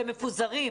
הם מפוזרים.